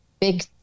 big